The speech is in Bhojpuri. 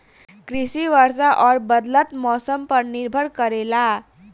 कृषि वर्षा और बदलत मौसम पर निर्भर करेला